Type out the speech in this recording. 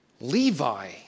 Levi